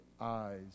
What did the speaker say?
eyes